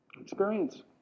Experience